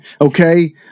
okay